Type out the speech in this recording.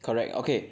correct okay